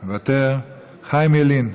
מוותר, חיים ילין,